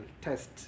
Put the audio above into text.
test